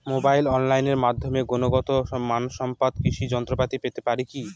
মোবাইলে অনলাইনের মাধ্যমে গুণগত মানসম্পন্ন কৃষি যন্ত্রপাতি পেতে পারি কি?